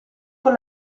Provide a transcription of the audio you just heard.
con